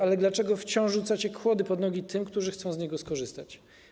Ale dlaczego wciąż rzucacie kłody pod nogi tym, którzy chcą z niego skorzystać?